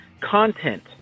content